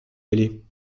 aller